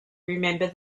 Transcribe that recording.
remember